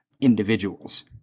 individuals